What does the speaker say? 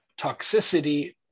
toxicity